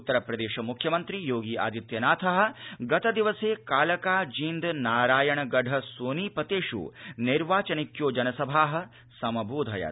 उत्तस्प्रदेश मुख्यमन्त्री योगी आदित्यानाथः गतदिवसे कालका जींद नारायणगढ़ सोनीपतेष् नैर्वाचनिक्यो जनसभाः समबोधयत्